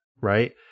right